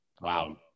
Wow